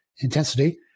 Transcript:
intensity